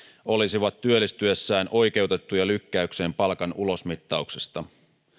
olisivat työllistyessään oikeutettuja lykkäykseen palkan ulosmittauksesta